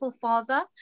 father